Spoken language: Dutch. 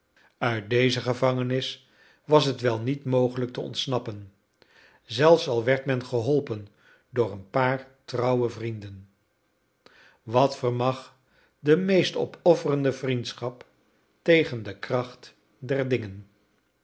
uit deze gevangenis was het wel niet mogelijk te ontsnappen zelfs al werd men geholpen door een paar trouwe vrienden wat vermag de meest opofferende vriendschap tegen de kracht der dingen